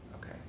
Okay